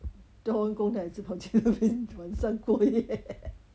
他做完工也是跑去后面晚上过夜